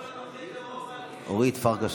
(קוראת בשם חברת הכנסת) אורית פרקש